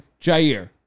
Jair